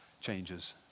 changes